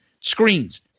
Screens